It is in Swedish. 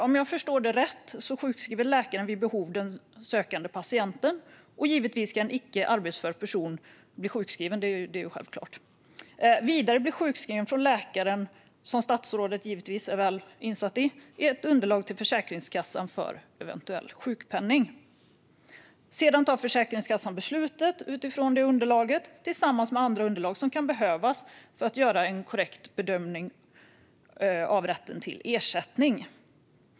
Om jag förstår det rätt sjukskriver läkaren vid behov den sökande patienten. Givetvis ska en icke arbetsför person bli sjukskriven; det är självklart. Vidare blir sjukskrivningen från läkaren, vilket statsrådet givetvis är väl insatt i, ett underlag till Försäkringskassan för eventuell sjukpenning. Sedan tar Försäkringskassan beslut utifrån detta underlag tillsammans med andra underlag som kan behövas för att göra en korrekt bedömning av rätten till ersättning.